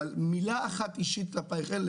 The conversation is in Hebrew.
אבל מילה אישית כלפיך אין.